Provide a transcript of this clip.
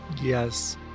Yes